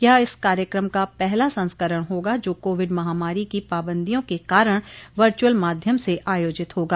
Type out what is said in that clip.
यह इस कार्यक्रम का पहला संस्करण होगा जो कोविड महामारी की पाबंदियों के कारण वर्च्यअल माध्यम से आयोजित होगा